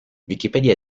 wikipedia